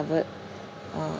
uh